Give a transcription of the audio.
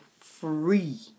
free